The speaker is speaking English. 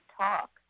talk